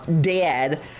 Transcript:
dead